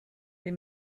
they